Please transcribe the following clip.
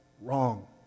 Wrong